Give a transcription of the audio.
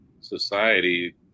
society